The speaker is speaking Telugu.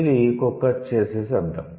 ఇది కుక్క చేసే శబ్దం